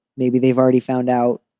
maybe they've already found out,